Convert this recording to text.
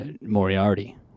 Moriarty